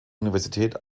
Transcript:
universität